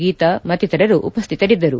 ಗೀತಾ ಮತ್ತಿತ್ತರರು ಉಪ್ಲಿತರಿದ್ದರು